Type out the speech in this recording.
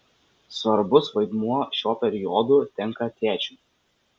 svarbus vaidmuo šiuo periodu tenka tėčiui